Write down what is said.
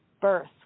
birth